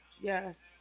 Yes